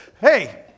Hey